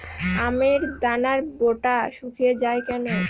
আমের দানার বোঁটা শুকিয়ে য়ায় কেন?